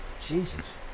Jesus